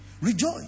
Rejoice